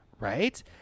right